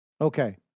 Okay